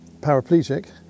paraplegic